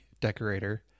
decorator